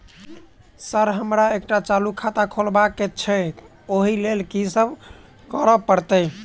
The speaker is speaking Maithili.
सर हमरा एकटा चालू खाता खोलबाबह केँ छै ओई लेल की सब करऽ परतै?